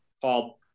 called